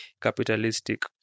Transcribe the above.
capitalistic